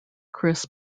chris